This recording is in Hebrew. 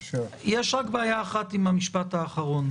יש רק בעיה אחת עם המשפט האחרון.